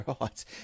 right